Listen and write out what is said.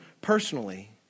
personally